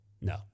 No